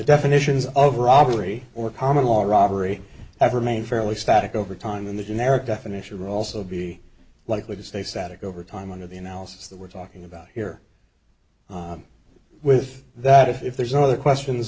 definitions of robbery or common law or robbery i've remained fairly static over time and the generic definition also be likely to stay static over time under the analysis that we're talking about here with that if there's other questions